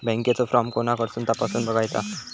बँकेचो फार्म कोणाकडसून तपासूच बगायचा?